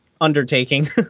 undertaking